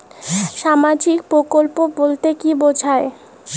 সামাজিক প্রকল্প বলতে কি বোঝায়?